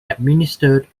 administered